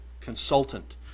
consultant